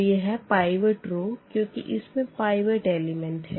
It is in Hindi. तो यह है पाइवट रो क्यूँकि इसमें पाइवट एलिमेंट है